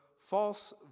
false